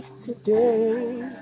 today